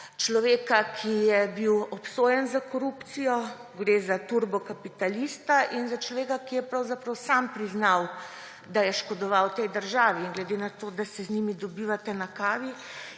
človeka, ki je bil obsojen za korupcijo, gre za turbokapitalista in za človeka, ki je pravzaprav sam priznal, da je škodoval tej državi. In glede na to, da se z njim dobivate na kavi,